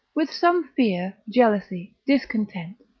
with some fear, jealousy, discontent,